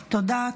תודה.